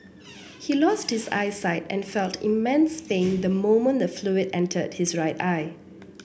he lost his eyesight and felt immense pain the moment the fluid entered his right eye